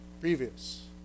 previous